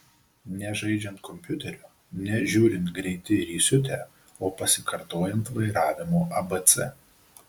ne žaidžiant kompiuteriu ne žiūrint greiti ir įsiutę o pasikartojant vairavimo abc